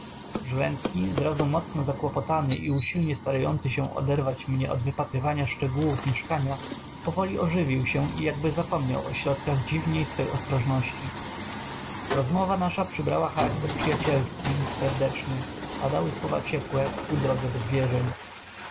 żręcki zrazu mocno zakłopotany i usilnie starający się oderwać mnie od wypatrywania szczegółów mieszkania powoli ożywił się i jakby zapomniał o środkach dziwnej swej ostrożności rozmowa nasza przybrała charakter przyjacielski serdeczny padały słowa ciepłe w pół drodze do zwierzeń